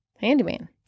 Handyman